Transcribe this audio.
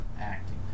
acting